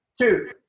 two